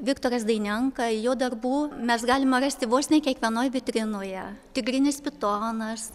viktoras dainenka jo darbų mes galima rasti vos ne kiekvienoj vitrinoje tigrinis pitonas